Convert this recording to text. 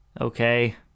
okay